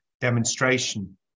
demonstration